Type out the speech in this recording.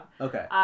Okay